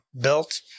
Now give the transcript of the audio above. built